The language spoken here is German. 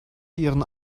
ihren